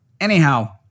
anyhow